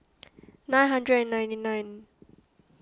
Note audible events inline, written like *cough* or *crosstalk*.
*noise* nine hundred and ninety nine